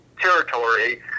territory